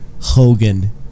Hogan